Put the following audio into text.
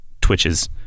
twitches